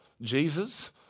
Jesus